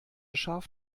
schaf